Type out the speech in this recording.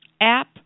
app